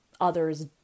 others